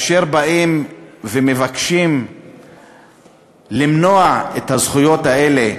באים ומבקשים למנוע את הזכויות האלה